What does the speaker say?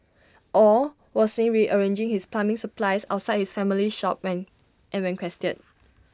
aw was seen rearranging his plumbing supplies outside his family's shop when and when quested